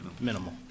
minimal